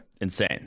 insane